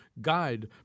Guide